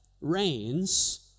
reigns